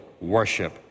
worship